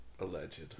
Alleged